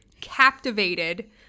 captivated